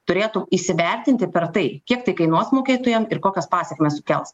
turėtum įsivertinti per tai kiek tai kainuos mokėtojam ir kokias pasekmes sukels